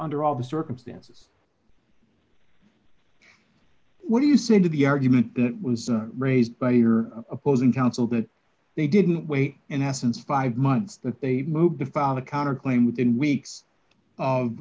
under all the circumstances what do you say to the argument that was raised by your opposing counsel that they didn't wait in essence five months that they moved to found a counterclaim within weeks